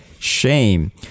shame